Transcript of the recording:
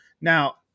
Now